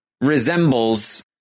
resembles